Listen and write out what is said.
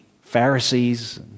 pharisees